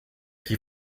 chi